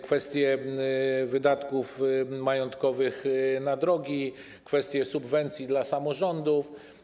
Kwestie wydatków majątkowych na drogi, kwestie subwencji dla samorządów.